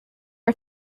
are